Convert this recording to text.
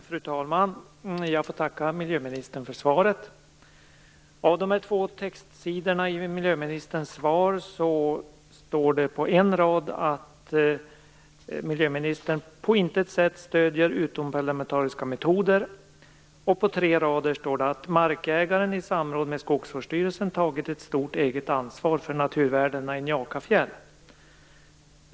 Fru talman! Jag får tacka miljöministern för svaret. I de två textsidorna i miljöministerns svar står det på en rad att miljöministern "på intet sätt stödjer utomparlamentariska metoder". På tre rader står det att "markägarna, i samråd med skogsvårdsstyrelsen, tagit ett stort eget ansvar för naturvärdena i Njakafjäll".